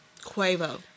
Quavo